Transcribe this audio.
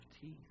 teeth